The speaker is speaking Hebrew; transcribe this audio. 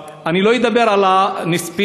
אני לא אדבר על הנספים,